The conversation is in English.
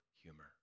humor